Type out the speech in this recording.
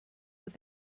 with